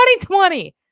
2020